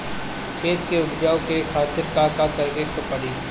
खेत के उपजाऊ के खातीर का का करेके परी?